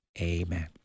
amen